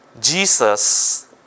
Jesus